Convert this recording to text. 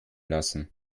lassen